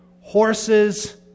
horses